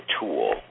tool